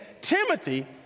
Timothy